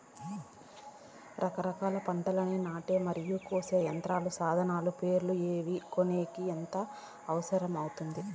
రకరకాల పంటలని నాటే మరియు కోసే యంత్రాలు, సాధనాలు పేర్లు ఏమి, కొనేకి ఎంత అవసరం అవుతుంది?